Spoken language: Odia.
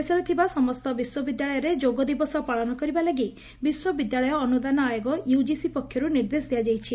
ଦେଶରେ ଥିବା ସମ୍ଠ ବିଶ୍ୱବିଦ୍ୟାଳୟରେ ଯୋଗଦିବସ ପାଳନ କରିବା ଲାଗି ବିଶ୍ୱବିଦ୍ୟାଳୟ ଅନୁଦାନ ଆୟୋଗ ୟୁଜିସି ପକ୍ଷରୁ ନିର୍ଦ୍ଦେଶ ଦିଆଯାଇଛି